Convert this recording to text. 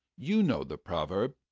you know the proverb,